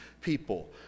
people